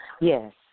Yes